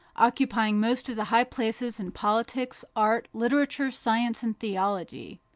occupying most of the high places in politics, art, literature, science and theology.